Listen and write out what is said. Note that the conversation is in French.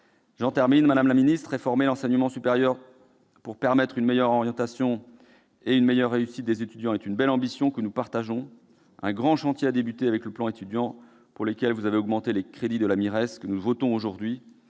le bas ! Madame la ministre, réformer l'enseignement supérieur pour permettre une meilleure orientation et une meilleure réussite des étudiants est une belle ambition, que nous partageons. Un grand chantier a débuté avec le plan Étudiants, pour lequel vous avez augmenté les crédits de la MIRES, la mission